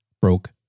broke